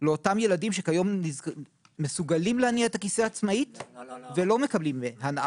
לאותם ילדים שכיום מסוגלים להניע את הכיסא עצמאית ולא מקבלים הנעה.